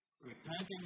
Repenting